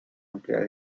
amplia